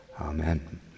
Amen